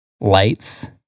Lights